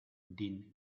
din